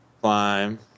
Climb